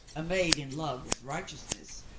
a maid in love with righteousness,